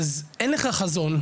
אז אין לך חזון,